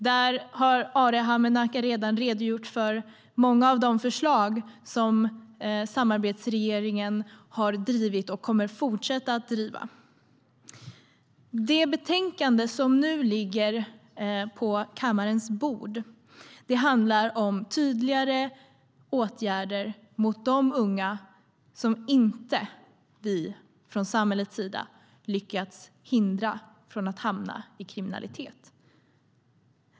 Och Arhe Hamednaca har redan redogjort för många av de förslag som samarbetsregeringen har drivit och kommer att fortsätta driva när det gäller det. Det betänkande som nu ligger på kammarens bord handlar om tydligare åtgärder mot de unga som samhället inte har lyckats hindra från att hamna i kriminalitet.